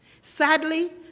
Sadly